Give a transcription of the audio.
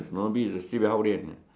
snobbish ah sibei hao lian eh